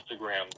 Instagram